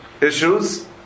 issues